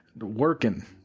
working